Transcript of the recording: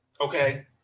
Okay